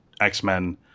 X-Men